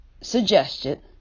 suggested